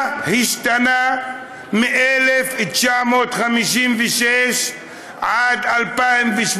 מה השתנה מ-1956 ועד 2017,